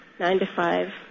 nine-to-five